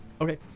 Okay